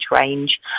range